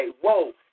whoa